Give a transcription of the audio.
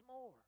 more